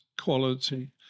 quality